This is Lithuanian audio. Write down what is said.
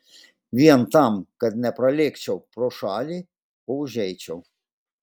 vien tam kad nepralėkčiau pro šalį o užeičiau